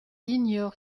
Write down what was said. ignore